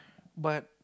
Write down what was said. but